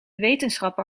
wetenschapper